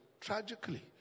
tragically